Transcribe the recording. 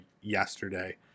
yesterday